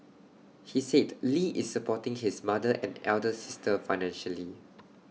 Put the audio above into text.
he said lee is supporting his mother and elder sister financially